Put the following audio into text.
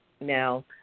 Now